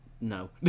No